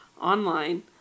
online